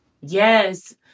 Yes